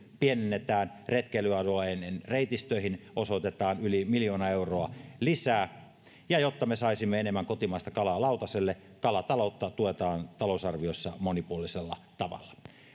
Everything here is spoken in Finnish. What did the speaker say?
pienennetään retkeilyalueiden reitistöihin osoitetaan yli miljoona euroa lisää ja jotta me saisimme enemmän kotimaista kalaa lautaselle kalataloutta tuetaan talousarviossa monipuolisella tavalla